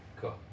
Cool